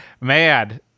Man